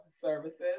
services